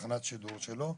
לתחנת השידור שלו,